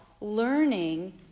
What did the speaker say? learning